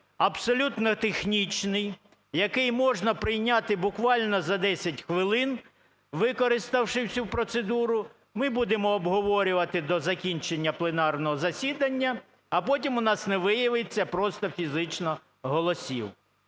абсолютно технічний, який можна прийняти буквально за 10 хвилин використавши всю процедуру, ми будемо обговорювати о закінчення пленарного засідання, а потім у нас не виявиться просто фізично голосів.